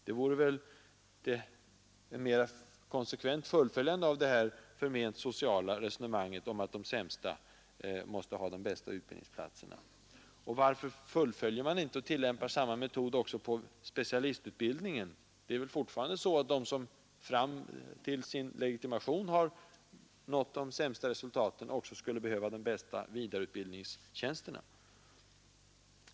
Det vore ett konsekvent fullföljande av det förment sociala resonemanget om att de sämsta måste ha de bästa utbildningsplatserna. Varför tillämpar man inte samma metod också på specialistutbildningen? De som fram till sin legitimation har nått de sämsta resultaten behöver väl också de bästa vidareutbildningstjänsterna.